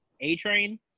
A-Train